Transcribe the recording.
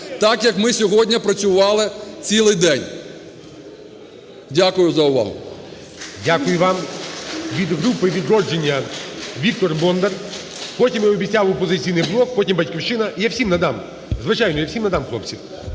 так, як ми сьогодні працювали цілий день. Дякую за увагу.